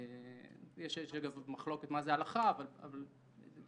יש מחלוקת מה זו הלכה, אבל זה